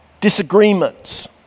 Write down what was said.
disagreements